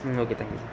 ம் okay thank you sir